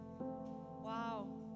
Wow